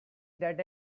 that